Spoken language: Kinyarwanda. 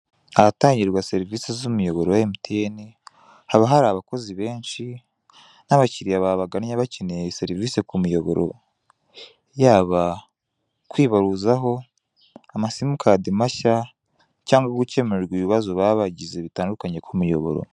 Ahatangirwa serivise z'imiyoboro ya emutiyene haba hari abakozi benshi n'abakiliya bagagannye bakeneye serivise ku miyoboro, yaba kwibaruzaho amasimukadi mashya cyangwa gukemurirwa ibibazo baba bagize bitandukanye ku muyoboro.